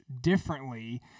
differently